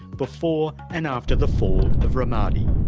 before and after the fall of ramadi.